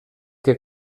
que